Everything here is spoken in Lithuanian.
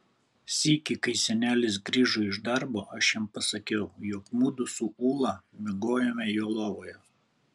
sykį kai senelis grįžo iš darbo aš jam pasakiau jog mudu su ūla miegojome jo lovoje